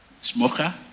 smoker